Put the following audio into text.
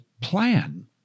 plan